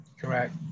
Correct